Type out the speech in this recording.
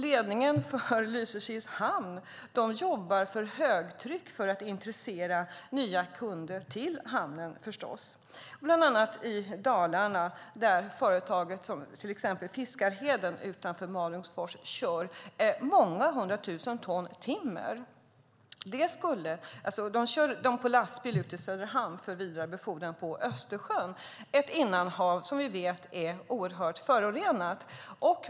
Ledningen för Lysekils hamn jobbar förstås också för högtryck för att intressera nya kunder för hamnen, bland annat i Dalarna där företaget Fiskarheden utanför Malungsfors kör många hundra tusen ton timmer. De kör det på lastbil ut till Söderhamn, för vidarebefordran på Östersjön - ett innanhav som vi vet är oerhört förorenat.